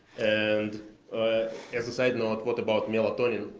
and as a side note, what about melatonin?